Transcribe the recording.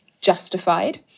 justified